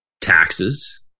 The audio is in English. taxes